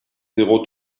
zéro